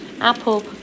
Apple